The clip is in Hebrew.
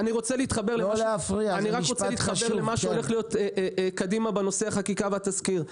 אני רוצה להתחבר אל מה שהולך להיות קדימה בנושא החקיקה והתזכיר.